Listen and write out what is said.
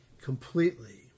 completely